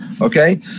Okay